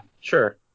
sure